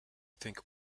think